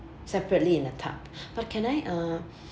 separately in a tub but can I uh